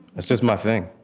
that's just my thing.